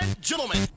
Gentlemen